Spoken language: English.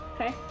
Okay